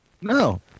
No